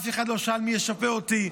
אף אחד לא שאל מי ישפה אותי.